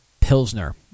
pilsner